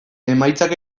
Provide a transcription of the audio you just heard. emaitzak